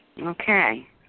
Okay